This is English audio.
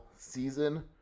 season